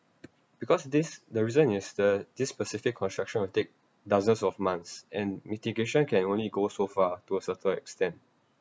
because this the reason is the this specific construction will take dozens of months and mitigation can only go so far to a certain extent